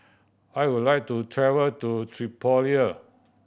I would like to travel to Tripoli